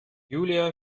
julia